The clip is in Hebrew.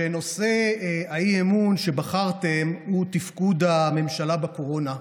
שנושא האי-אמון שבחרתם הוא תפקוד הממשלה בקורונה,